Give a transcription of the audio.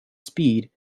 speed